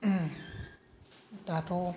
दाथ'